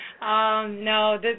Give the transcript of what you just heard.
No